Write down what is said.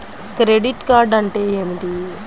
Credit card అంటే ఏమిటి?